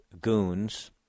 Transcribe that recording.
goons